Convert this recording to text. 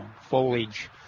foliage